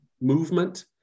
movement